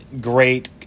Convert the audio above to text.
Great